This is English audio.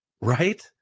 right